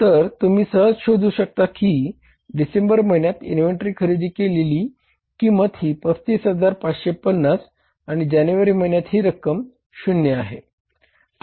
तर तुम्ही सहज शोधू शकता कि डिसेंबर महिन्यात इन्व्हेंटरी खरेदी केलेली किंमत ही 35550 आणि जानेवारी महिन्यात ही रक्कम शून्य आहे